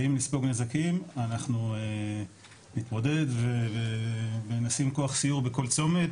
ואם נספוג נזקים אנחנו נתמודד ונשים כוח סיור בכל צומת